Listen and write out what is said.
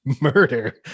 murder